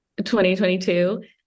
2022